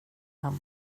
han